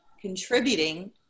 contributing